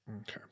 Okay